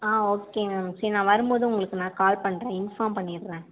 ஆ okay ma'am சரி நான் வரும்போது உங்களுக்கு நான் கால் பண்ணுறேன் இன்ஃபார்ம் பண்ணிடறேன்